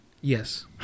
Yes